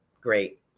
Great